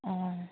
ꯑꯥ